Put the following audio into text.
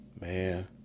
Man